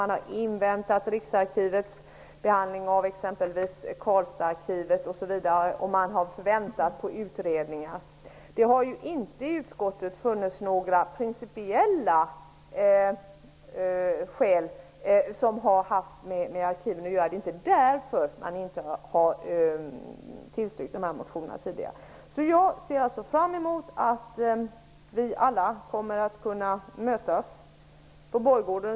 Man har t.ex. inväntat Riksarkivets behandling av arkivet i Karlstad, och man har väntat på utredningar. I utskottet har det inte funnits några principiella skäl som har gällt arkiven. Det är inte därför man inte har tillstyrkt motionerna tidigare. Jag ser fram emot att vi alla kommer att kunna mötas på borggården.